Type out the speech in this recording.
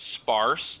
sparse